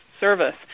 Service